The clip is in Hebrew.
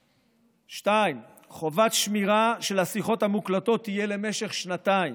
2. חובת שמירה של השיחות המוקלטות תהיה למשך שנתיים,